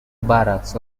barracks